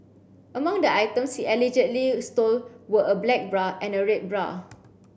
among the items he allegedly stole were a black bra and a red bra